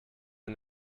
and